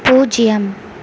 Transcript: பூஜ்ஜியம்